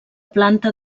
planta